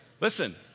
Listen